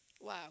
Wow